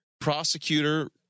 prosecutor